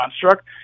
construct